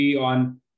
on